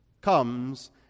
comes